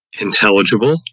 intelligible